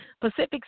Pacific